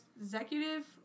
executive